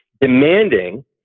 demanding